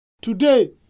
Today